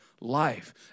life